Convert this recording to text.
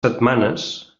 setmanes